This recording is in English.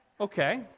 okay